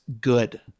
good